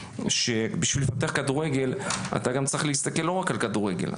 בשביל לפתח כדורגל אתה צריך להסתכל לא רק על כדורגל,